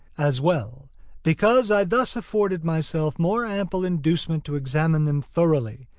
as well because i thus afforded myself more ample inducement to examine them thoroughly,